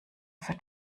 für